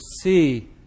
see